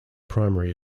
primary